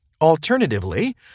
Alternatively